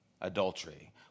adultery